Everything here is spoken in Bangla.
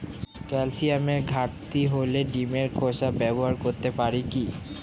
ক্যালসিয়ামের ঘাটতি হলে ডিমের খোসা ব্যবহার করতে পারি কি?